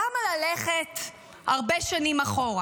למה ללכת הרבה שנים אחורה?